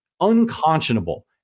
unconscionable